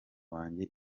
wanjye